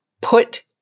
put